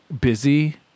busy